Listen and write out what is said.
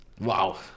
wow